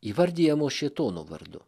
įvardijamos šėtono vardu